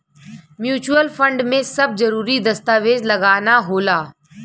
mutual fund में सब जरूरी दस्तावेज लगाना होला